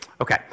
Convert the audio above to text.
Okay